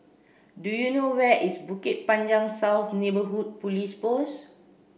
do you know where is Bukit Panjang South Neighbourhood Police Post